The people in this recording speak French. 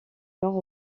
nord